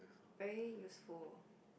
very useful